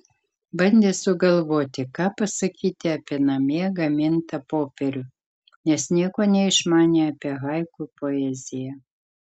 bandė sugalvoti ką pasakyti apie namie gamintą popierių nes nieko neišmanė apie haiku poeziją